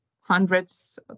hundreds